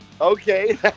Okay